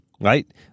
Right